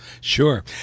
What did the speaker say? Sure